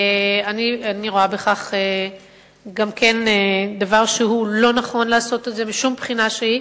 אני רואה בכך גם כן דבר שלא נכון לעשות אותו משום בחינה שהיא.